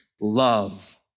love